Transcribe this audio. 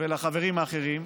ולחברים האחרים,